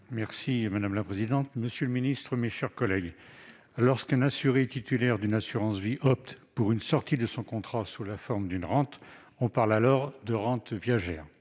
et de la relance. Monsieur le secrétaire d'État, lorsqu'un assuré titulaire d'une assurance vie opte pour une sortie de son contrat sous la forme d'une rente, on parle alors de rente viagère.